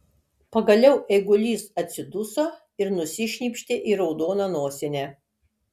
pagaliau eigulys atsiduso ir nusišnypštė į raudoną nosinę